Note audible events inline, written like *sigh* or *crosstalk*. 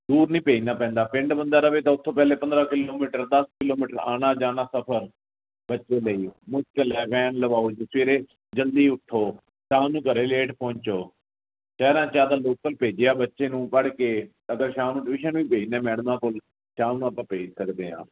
ਦੂਰ ਨਹੀਂ ਭੇਜਣਾ ਪੈਂਦਾ ਪਿੰਡ ਬੰਦਾ ਰਵੇ ਤਾਂ ਉਥੋਂ ਪਹਿਲੇ ਪੰਦਰਾਂ ਕਿਲੋਮੀਟਰ ਦਸ ਕਿਲੋਮੀਟਰ ਆਉਣਾ ਜਾਣਾ ਸਫ਼ਰ ਬੱਚੇ ਲਈ ਮੁਸ਼ਕਿਲ ਹੈਗੇ *unintelligible* ਜਲਦੀ ਉੱਠੋ ਸ਼ਾਮ ਨੂੰ ਘਰੇ ਲੇਟ ਪਹੁੰਚੋ ਕਹਿਣਾ ਚਾਹਦਾ ਲੋਕਲ ਭੇਜਿਆ ਬੱਚੇ ਨੂੰ ਪੜ੍ਹ ਕੇ ਅਗਰ ਸ਼ਾਮ ਨੂੰ ਟਿਊਸ਼ਨ ਵੀ ਭੇਜਦੇ ਮੈਡਮ ਨਾਲ ਸਾਮ ਨੂੰ ਆਪਾਂ ਭੇਜ ਸਕਦੇ ਹਾਂ